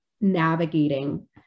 navigating